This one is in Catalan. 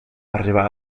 arribà